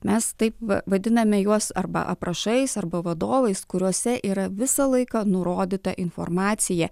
mes taip vadiname juos arba aprašais arba vadovais kuriuose yra visą laiką nurodyta informacija